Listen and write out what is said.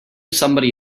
somebody